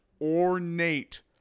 ornate